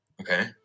Okay